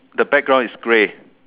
the background is grey